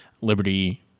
Liberty